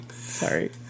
Sorry